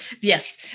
Yes